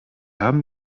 haben